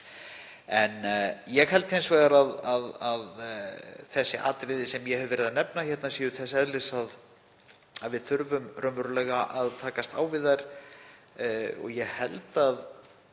En ég held hins vegar að þessi atriði sem ég hef verið að nefna hérna séu þess eðlis að við þurfum raunverulega að takast á við þau og ég held að